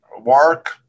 work